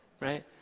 right